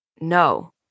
No